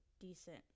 decent